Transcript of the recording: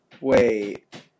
wait